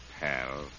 pal